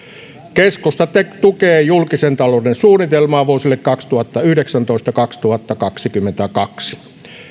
keskusta tukee julkisen talouden suunnitelmaa vuosille kaksituhattayhdeksäntoista viiva kaksituhattakaksikymmentäkaksi